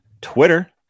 Twitter